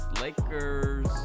Lakers